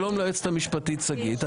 שלום ליועצת המשפטית שגית.